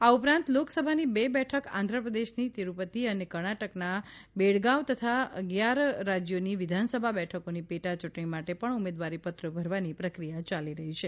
આ ઉપરાંત લોકસભાની બે બેઠક આંધ્રપ્રદેશની તિરૂપતિ અને કર્ણાટકના બેળગાવ તથા અગિયાર રાજ્યોની વિધાનસભા બેઠકોની પેટા ચૂંટણી માટે પણ ઉમેદવારીપત્રો ભરવાની પ્રક્રિયા ચાલી રહી છે